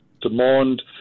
demand